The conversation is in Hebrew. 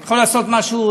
הוא יכול לעשות משהו,